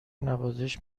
نوازش